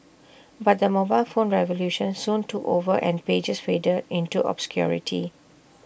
but the mobile phone revolution soon took over and pagers faded into obscurity